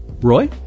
Roy